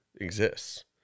exists